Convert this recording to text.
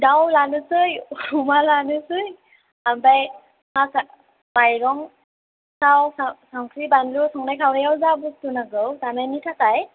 दाउ लानोसै अमा लानोसै ओमफ्राय खाजा माइरं संख्रै बानलु संनाय खावनायाव जा बुस्थु नांगौ जानायनि थाखाय